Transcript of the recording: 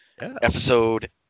episode